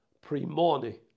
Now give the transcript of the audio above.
pre-Morning